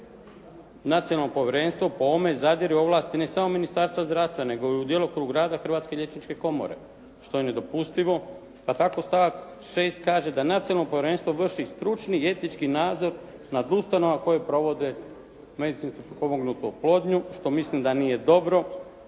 21. Nacionalno povjerenstvo po ovome zadire u ovlasti ne samo Ministarstva zdravstva nego i u djelokrug rada Hrvatske liječničke komore što je nedopustivo pa tako stavak 6. kaže da Nacionalno povjerenstvo vrši stručni i etički nadzor nad ustanovama koje provode medicinski potpomognutu oplodnju što mislim da nije dobro.